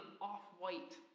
off-white